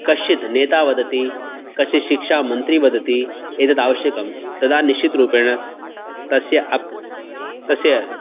कश्चित् नेता वदति कश्चित् शिक्षामन्त्री वदति एतत् आवश्यकं तदा निश्चितरूपेण तस्य तस्य